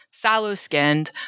Sallow-skinned